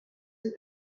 ago